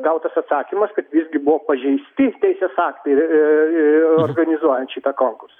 gautas atsakymas kad visgi buvo pažeisti teisės aktai ir organizuojant šitą konkursą